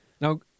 Now